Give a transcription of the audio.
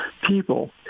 people